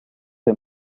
las